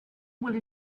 will